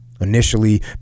initially